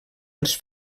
els